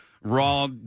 Raw